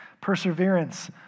perseverance